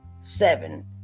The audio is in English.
seven